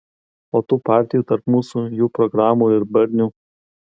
o tų partijų tarp mūsų jų programų ir barnių